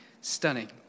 stunning